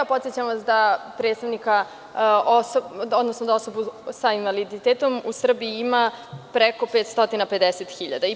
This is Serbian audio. Podsećam vas da predstavnika, odnosno osoba sa invaliditetom u Srbiji ima preko 550.000.